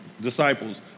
disciples